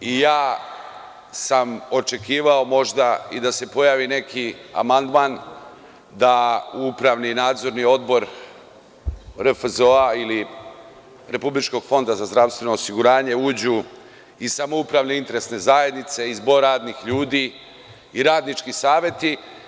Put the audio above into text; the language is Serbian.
Ja sam očekivao možda i da se pojavi neki amandman da upravni i nadzorni odbor RFZO ili Republičkog fonda za zdravstveno osiguranje uđu i samoupravne interesne zajednice i zbor radnih ljudi i radnički saveti.